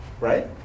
Right